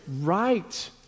right